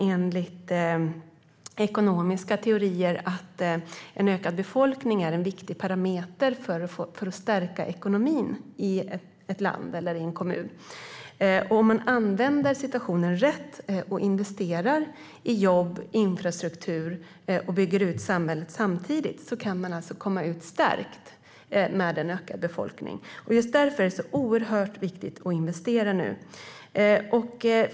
Enligt ekonomiska teorier är ju en ökad befolkning en viktig parameter för att stärka ekonomin i ett land eller i en kommun. Om man använder situationen rätt och investerar i jobb och infrastruktur samtidigt som man bygger ut samhället kan man alltså komma ut stärkt med en ökad befolkning. Just därför är det så oerhört viktigt att investera nu.